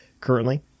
currently